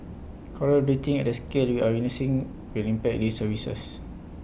Coral bleaching at the scale we are witnessing will impact these services